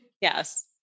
Yes